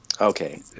okay